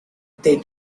they